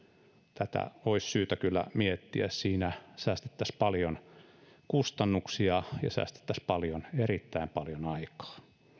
tätä olisi syytä kyllä miettiä siinä säästettäisiin paljon kustannuksia ja säästettäisiin paljon erittäin paljon aikaa